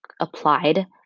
applied